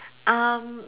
um